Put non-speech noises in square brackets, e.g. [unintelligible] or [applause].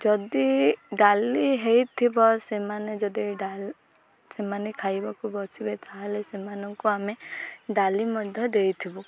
ଯଦି ଡାଲି ହେଇଥିବ ସେମାନେ ଯଦି [unintelligible] ସେମାନେ ଖାଇବାକୁ ବସିବେ ତା'ହେଲେ ସେମାନଙ୍କୁ ଆମେ ଡାଲି ମଧ୍ୟ ଦେଇଥିବୁ